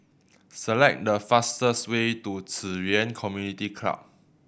select the fastest way to Ci Yuan Community Club